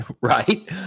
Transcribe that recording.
right